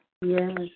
Yes